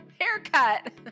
haircut